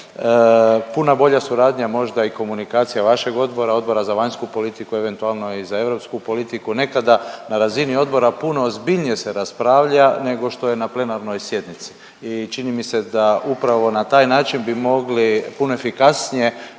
Puno bolja suradnja možda i komunikacija vašeg odbora, Odbora za vanjsku politiku eventualno i za europsku politiku, nekada na razini odbora puno ozbiljnije raspravlja nego što je na plenarnoj sjednici i čini mi se da upravo na taj način bi mogli puno efikasnije